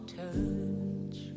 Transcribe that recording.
touch